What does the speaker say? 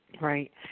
Right